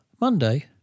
Monday